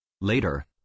Later